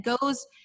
goes